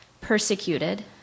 Persecuted